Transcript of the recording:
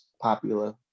popular